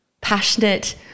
passionate